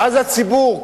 ואז הציבור,